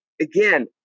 Again